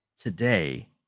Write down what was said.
today